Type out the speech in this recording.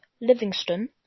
Livingston